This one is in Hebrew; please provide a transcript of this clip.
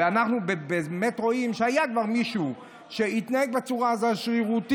ואנחנו באמת רואים שהיה כבר מישהו שהתנהג בצורה השרירותית